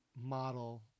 model